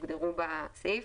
שהוגדרו בסעיף.